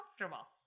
comfortable